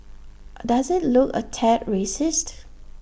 does IT look A tad racist